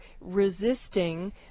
resisting